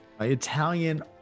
Italian